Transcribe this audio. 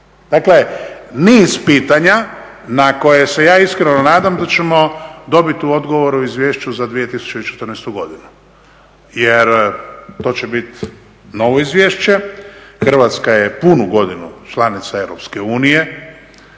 Dakle niz pitanja na koja se ja iskreno nadam da ćemo dobiti u odgovoru u izvješću za 2014. godinu. Jer to će biti novo izvješće, Hrvatska je punu godinu članica Europske unije,